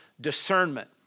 discernment